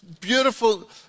Beautiful